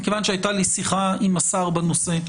מכיוון שהייתה לי שיחה עם השר בנושא,